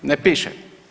Ne piše.